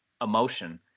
emotion